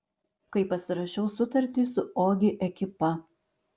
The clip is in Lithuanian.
kai pasirašiau sutartį su ogi ekipa